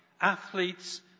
athletes